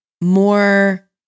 more